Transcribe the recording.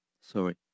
Sorry